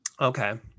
Okay